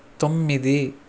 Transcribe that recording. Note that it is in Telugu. తొమ్మిది